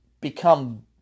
become